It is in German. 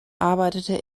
arbeitete